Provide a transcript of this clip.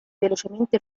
velocemente